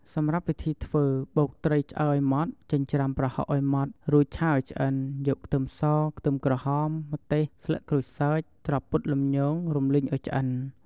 សម្រាប់វីធីធ្ធ្វើបុកត្រីឆ្អើឱ្យម៉ដ្ឋ ចិញ្ច្រាំប្រហុកឱ្យម៉ត់ រួចឆាឱ្យឆ្អិនយកខ្ទឹមស ខ្ទឹមក្រហម ម្ទេស ស្លឹកក្រូចសើច ត្រប់ពុតលំញង រំលីងឱ្យឆ្អិន។